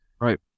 Right